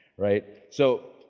right, so